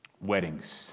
weddings